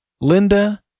Linda